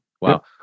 Wow